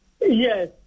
Yes